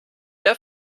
der